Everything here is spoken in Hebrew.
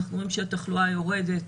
אנחנו רואים שהתחלואה יורדת.